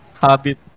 habit